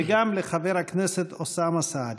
גם לחבר הכנסת אוסאמה סעדי